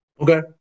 Okay